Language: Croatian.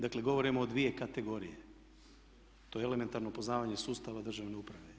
Dakle, govorimo o dvije kategorije, to je elementarno poznavanje sustava državne uprave.